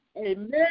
amen